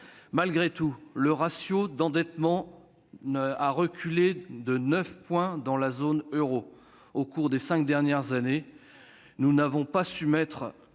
Malgré tout, le ratio d'endettement a reculé de 9 points dans la zone euro au cours des cinq dernières années. Nous n'avons pas su mettre